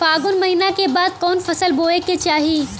फागुन महीना के बाद कवन फसल बोए के चाही?